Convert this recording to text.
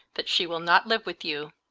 that she will not live with you.